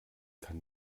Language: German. kann